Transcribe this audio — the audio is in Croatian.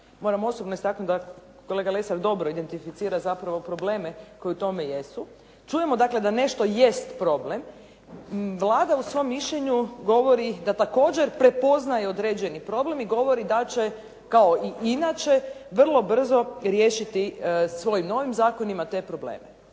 Moram osobno istaknuti da kolega Lesar dobro identificira zapravo probleme koji u tome jesu. Čujemo dakle da nešto jest problem. Vlada u svom mišljenju govori da također prepoznaje određeni problem i govori da će kao i inače vrlo brzo riješiti svojim novim zakonima te probleme.